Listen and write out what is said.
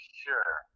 sure